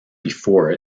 before